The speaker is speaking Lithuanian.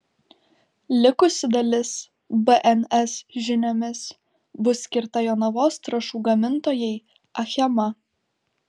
likusi dalis bns žiniomis bus skirta jonavos trąšų gamintojai achema